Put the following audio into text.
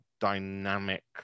dynamic